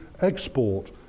export